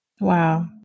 wow